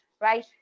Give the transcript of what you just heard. right